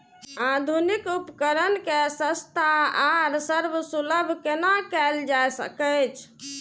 आधुनिक उपकण के सस्ता आर सर्वसुलभ केना कैयल जाए सकेछ?